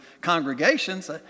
congregations